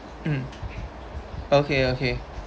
mm okay okay